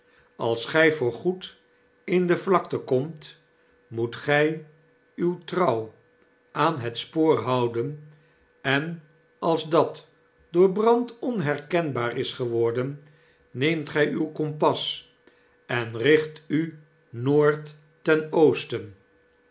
als gy voorgoed in de vlakten komt moet gy u trouw aan net spoor houden en als dat door brand onherkenbaar is ge word en neemt gij uw kompas en richt u noord ten oosten